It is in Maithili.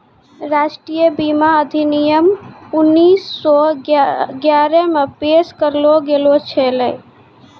राष्ट्रीय बीमा अधिनियम उन्नीस सौ ग्यारहे मे पेश करलो गेलो छलै